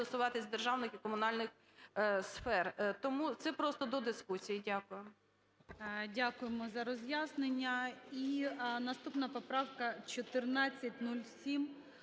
державних і комунальних сфер. Тому це просто до дискусії. Дякую. ГОЛОВУЮЧИЙ. Дякуємо за роз'яснення. І наступна поправка – 1407.